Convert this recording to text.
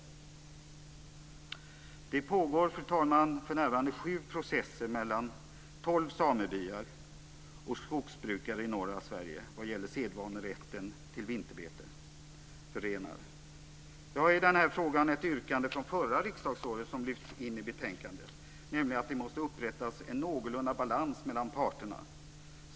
Fru talman! Det pågår för närvarande sju processer mellan tolv samebyar och skogsbrukare i norra Sverige vad gäller sedvanerätten till vinterbete för renar. Jag har i den här frågan ett yrkande från förra riksdagsåret som lyfts in i betänkandet, nämligen att det måste upprättas en någorlunda balans mellan parterna.